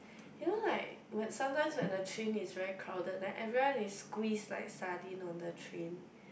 you know like when sometimes when the train is very crowded then everyone is squeezed like sardine on the train